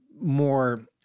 more